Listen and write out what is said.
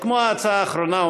שכמו ההצעה האחרונה,